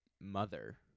mother